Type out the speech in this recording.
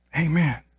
Amen